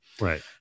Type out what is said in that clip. right